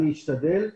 אני אשתדל.